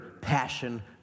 passion